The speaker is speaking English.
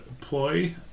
ploy